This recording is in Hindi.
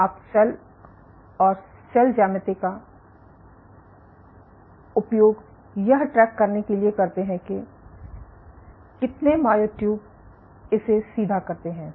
तो आप सेल और सेल ज्यामिति का उपयोग यह ट्रैक करने के लिए करते हैं कि कितने मायोट्यूब इसे सीधा करते हैं